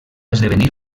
esdevenir